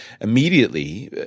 immediately